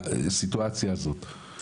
בסיטואציה הזו, הם